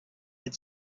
had